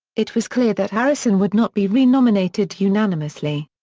it was clear that harrison would not be re-nominated unanimously.